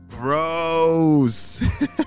Gross